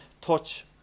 touch